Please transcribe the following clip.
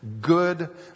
good